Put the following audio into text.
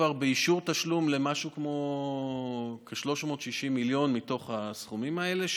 אנחנו כבר באישור תשלום לכ-360 מיליון מתוך הסכומים האלה,